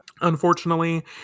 unfortunately